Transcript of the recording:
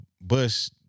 Bush